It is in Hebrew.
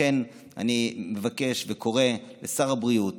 לכן אני מבקש וקורא לשר הבריאות